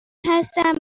هستم